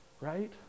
Right